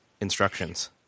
instructions